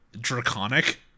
draconic